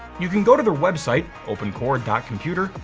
you can go to their website, opencore computer,